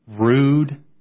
rude